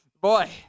boy